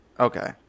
Okay